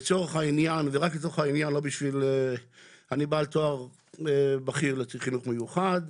לצורך העניין אני בעל תואר בכיר לחינוך מיוחד,